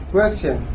Question